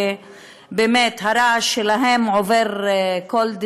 שבאמת הרעש שלהם עובר כל,